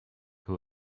who